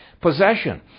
possession